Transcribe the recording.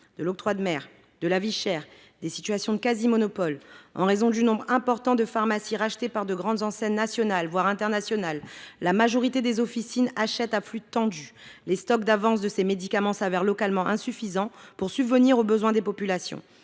l’octroi de mer, la vie chère, les situations de quasi monopole, ou encore le nombre important de pharmacies rachetées par de grandes enseignes nationales, voire internationales. Tout cela fait que la majorité des officines achètent à flux tendu. Les stocks d’avance de ces médicaments sont donc localement insuffisants pour subvenir aux besoins des populations.